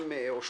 או שלושה,